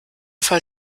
fall